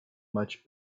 much